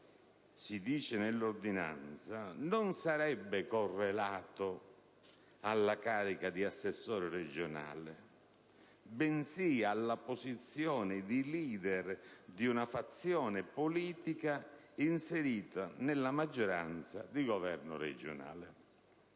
che tale ruolo non sarebbe correlato alla carica di assessore regionale, bensì alla «sua posizione di *leader* di una fazione politica inserita nella maggioranza di governo regionale».